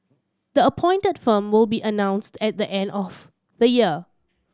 the appointed firm will be announced at the end of the year